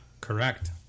Correct